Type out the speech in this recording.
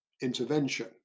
intervention